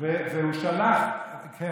והוא שלח, חזרו בחיים.